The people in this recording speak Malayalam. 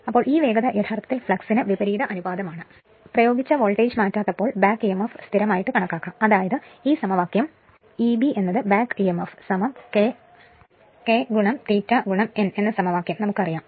അതിനാൽ ഈ വേഗത യഥാർത്ഥത്തിൽ ഫ്ലക്സിന് വിപരീത അനുപാതമാണ് പ്രയോഗിച്ച വോൾട്ടേജ് മാറ്റാത്തപ്പോൾ back EMF സ്ഥിരമായി കണക്കാക്കാം അതായത് ഈ സമവാക്യം Eb back Emf K K ∅ n എന്ന സമവാക്യം നമുക്കറിയാം